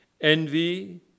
envy